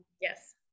Yes